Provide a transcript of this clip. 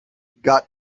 got